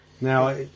Now